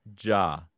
Ja